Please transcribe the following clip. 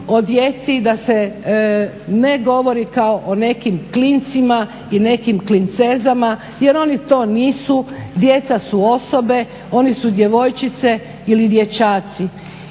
o djeci da se ne govori kao o nekim klincima i nekim klincezama, jer oni to nisu, djeca su osobe, oni su djevojčice ili dječaci.